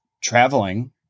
traveling